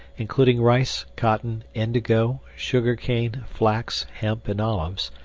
including rice, cotton, indigo, sugarcane, flax, hemp, and olives,